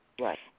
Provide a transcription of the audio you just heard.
Right